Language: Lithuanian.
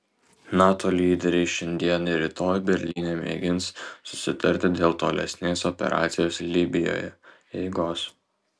nato lyderiai šiandien ir rytoj berlyne mėgins susitarti dėl tolesnės operacijos libijoje eigos